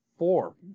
Four